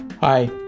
Hi